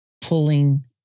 pulling